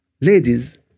ladies